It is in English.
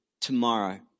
tomorrow